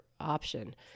option